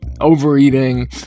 overeating